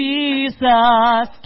Jesus